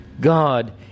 God